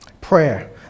prayer